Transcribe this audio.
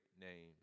name